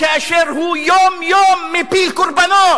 כאשר הוא יום-יום מפיל קורבנות,